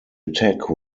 attack